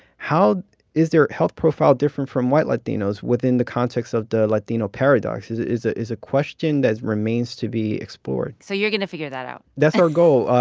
how is their health profile different from white latinos within the context of the latino paradox is is a question that remains to be explored so you're going to figure that out that's our goal.